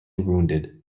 wounded